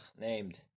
named